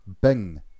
Bing